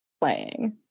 playing